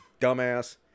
dumbass